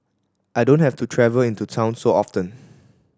I don't have to travel into town so often